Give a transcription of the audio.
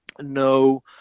no